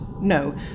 no